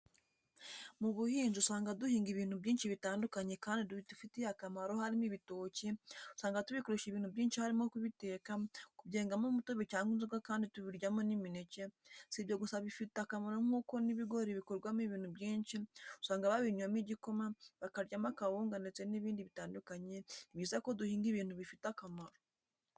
Mu buhinzi usanga duhinga ibintu byinshi bitandukanye kandi bidufitiye akamaro harimo ibitoki, usanga tubikoresha ibintu byinshi harimo kubiteka, kubyengamo umutobe cyangwa inzoga kandi tubiryamo n'imineke, si ibyo gusa bifite akamaro kuko n'ibigori bikorwamo ibintu byinshi, usanga babinywamo igikoma, bakaryamo akawunga ndetse n'ibindi bitandukanye, ni byiza ko duhinga ibintu bifite akamaro.